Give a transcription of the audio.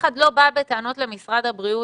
אחד לא בא בטענות למשרד הבריאות.